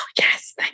yes